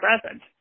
present